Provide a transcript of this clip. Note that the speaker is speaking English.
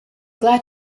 glad